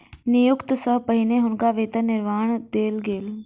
नियुक्ति सॅ पहिने हुनका वेतन विवरण देल गेलैन